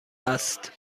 است